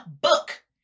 book